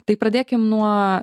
tai pradėkim nuo